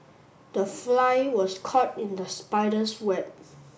the fly was caught in the spider's web